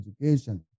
education